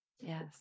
yes